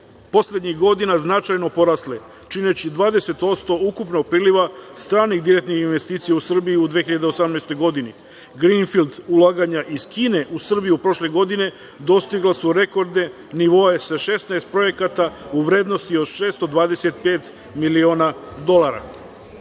poslednjih godina značajno porasle, čineći 20% ukupnog priliva stranih direktnih investicija u Srbiju u 2018. godini. Grinfild ulaganja iz Kine u Srbiju prošle godine dostigla su rekordne nivoe sa 16 projekata u vrednosti od 625 miliona dolara. Pored